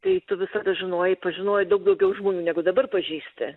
tai tu visada žinojai pažinojai daug daugiau žmonių negu dabar pažįsti